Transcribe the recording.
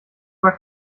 war